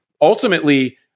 ultimately